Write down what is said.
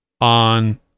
on